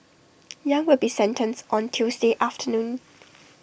yang will be sentenced on Tuesday afternoon